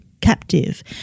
captive